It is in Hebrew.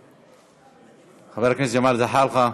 חבר הכנסת ג'מאל זחאלקה,